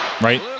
Right